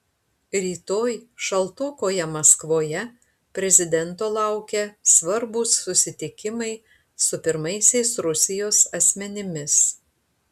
rytoj šaltokoje maskvoje prezidento laukia svarbūs susitikimai su pirmaisiais rusijos asmenimis